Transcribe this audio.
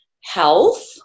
health